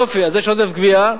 יופי, אז יש עודף גבייה.